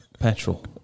petrol